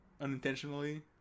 unintentionally